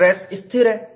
stress स्थिर है